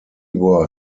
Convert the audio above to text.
were